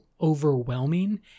overwhelming